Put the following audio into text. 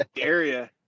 area